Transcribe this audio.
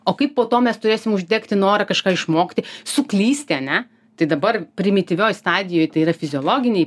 o kaip po to mes turėsim uždegti norą kažką išmokti suklysti ane tai dabar primityvioj stadijoj tai yra fiziologiniai